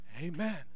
Amen